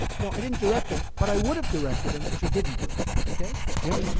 no, i didn't direct him, but i would have directed him if he didn't do it, okay? jim.